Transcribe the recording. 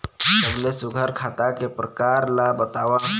सबले सुघ्घर खाता के प्रकार ला बताव?